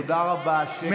תודה רבה, שקט, בבקשה.